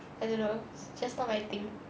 I don't know just not my thing